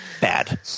bad